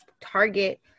target